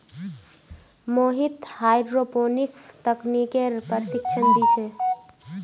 Mohit hydroponics तकनीकेर प्रशिक्षण दी छे